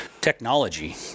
technology